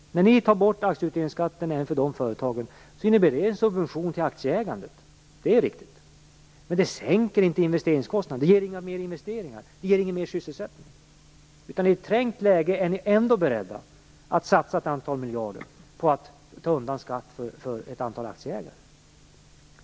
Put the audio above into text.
När ni tar bort aktieutdelningsskatten även för de företagen innebär det en subvention till aktieägandet. Det är riktigt. Men det sänker inte investeringskostnaderna, ger inga mer investeringar och ger ingen mer sysselsättning. I ett trängt läge är ni ändå beredda att satsa ett antal miljarder på att ta undan skatt för ett antal aktieägare.